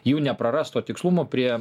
jų neprarast o tikslumo prie